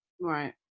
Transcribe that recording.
right